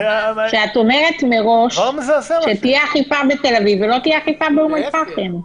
כשאת אומרת מראש שתהיה אכיפה בתל-אביב ושלא תהיה אכיפה באום אל-פחם?